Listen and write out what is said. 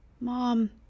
Mom